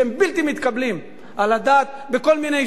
מתקבלים על הדעת בכל מיני יישובים.